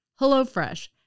HelloFresh